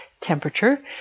temperature